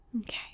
Okay